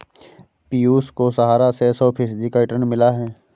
पियूष को सहारा से सौ फीसद का रिटर्न मिला है